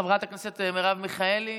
חברת הכנסת מרב מיכאלי,